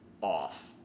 off